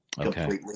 Completely